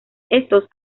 estos